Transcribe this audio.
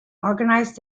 organise